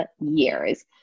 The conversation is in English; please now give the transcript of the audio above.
years